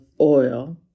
oil